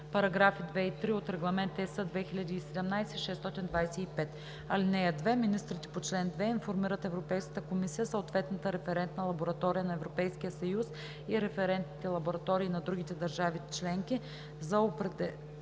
параграфи 2 и 3 от Регламент (ЕС) 2017/625. (2) Министрите по чл. 2 информират Европейската комисия, съответната референтна лаборатория на Европейския съюз и референтните лаборатории на другите държави членки за определените